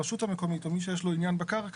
הרשות המקומית או מי שיש לו עניין בקרקע,